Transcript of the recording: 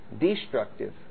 destructive